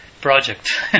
project